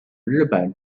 日本